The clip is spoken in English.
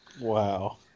Wow